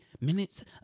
minutes